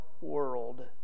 world